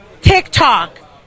TikTok